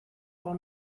pel